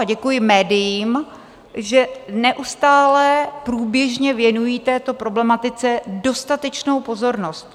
Děkuji médiím, že neustále, průběžně věnují této problematice dostatečnou pozornost.